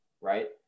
Right